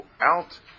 out